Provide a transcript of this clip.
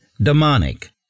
demonic